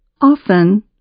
Often